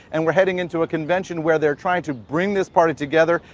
and we're heading into a convention where they're trying to bring this party together,